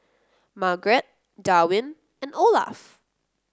Margaret Darwyn and Olaf